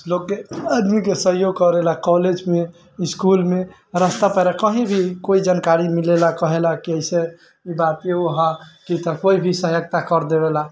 लोकके आदमीके सहयोग करैलऽ कॉलेजमे इसकुलमे रास्ता पेड़ा कहीँ भी कोइ जानकारी मिलैलऽ कहैलऽ कि अइसे बात कोइ भी सहायता करि देबैलऽ